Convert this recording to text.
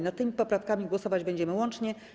Nad tymi poprawkami głosować będziemy łącznie.